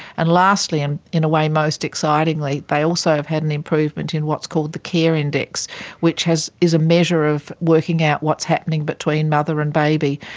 and lastly, and in a way most excitingly, they also have had an improvement in what's called the care index which is a measure of working out what's happening between mother and baby.